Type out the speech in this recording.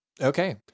Okay